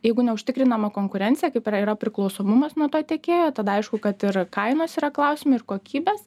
jeigu neužtikrinama konkurencija kaip yra yra priklausomumas nuo to tiekėjo tada aišku kad ir kainos yra klausimai ir kokybės